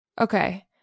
Okay